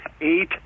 eight